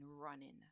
running